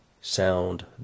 sound